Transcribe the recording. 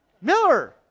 Miller